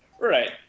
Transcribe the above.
right